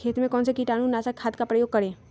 खेत में कौन से कीटाणु नाशक खाद का प्रयोग करें?